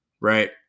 right